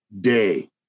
day